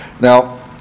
now